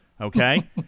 Okay